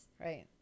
Right